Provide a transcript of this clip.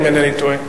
אם אינני טועה.